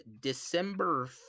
December